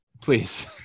please